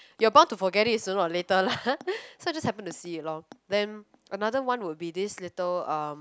you're bound to forget it sooner or later lah so I just happen to see it lorh then another one would be this little um